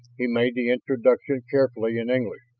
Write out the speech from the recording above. he made the introduction carefully in english.